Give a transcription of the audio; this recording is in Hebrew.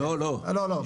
לא, לא.